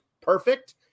perfect